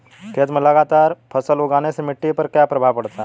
खेत में लगातार फसल उगाने से मिट्टी पर क्या प्रभाव पड़ता है?